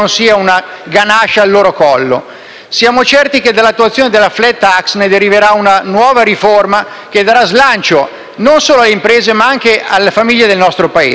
ganascia al loro collo. Siamo certi che dall'attuazione della *flat tax* deriverà una nuova riforma, che darà slancio non solo imprese, ma anche alle famiglie del nostro Paese.